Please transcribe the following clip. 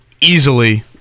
easily